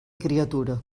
criatura